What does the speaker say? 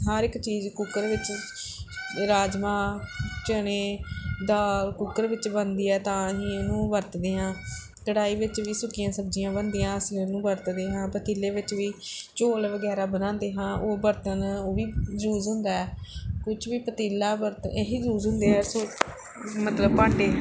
ਹਰ ਇੱਕ ਚੀਜ਼ ਕੁੱਕਰ ਵਿੱਚ ਰਾਜਮਾਹ ਚਣੇ ਦਾਲ ਕੁੱਕਰ ਵਿੱਚ ਬਣਦੀ ਹੈ ਤਾਂ ਹੀ ਉਹਨੂੰ ਵਰਤਦੇ ਹਾਂ ਕੜਾਹੀ ਵਿੱਚ ਵੀ ਸੁੱਕੀਆਂ ਸਬਜ਼ੀਆਂ ਬਣਦੀਆਂ ਅਸੀਂ ਉਹਨੂੰ ਵਰਤਦੇ ਹਾਂ ਪਤੀਲੇ ਵਿੱਚ ਵੀ ਚੌਲ ਵਗੈਰਾ ਬਣਾਉਂਦੇ ਹਾਂ ਉਹ ਬਰਤਨ ਉਹ ਵੀ ਯੂਜ ਹੁੰਦਾ ਹੈ ਕੁਛ ਵੀ ਪਤੀਲਾ ਬਰਤਨ ਇਹੀ ਯੂਜ ਹੁੰਦੇ ਹੈ ਮਤਲਬ ਭਾਂਡੇ